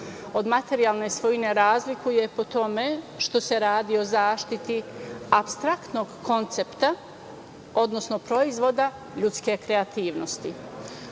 od materijalne svojine razlikuje po tome što se radi o zaštiti apstraktnog koncepta, odnosno proizvoda ljudske kreativnosti.